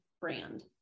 brand